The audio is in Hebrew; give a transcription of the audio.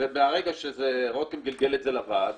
וברגע שרותם גלגל את זה לוועד,